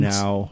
now